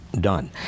done